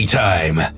time